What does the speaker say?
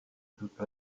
toute